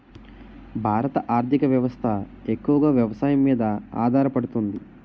భారత ఆర్థిక వ్యవస్థ ఎక్కువగా వ్యవసాయం మీద ఆధారపడుతుంది